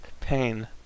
pain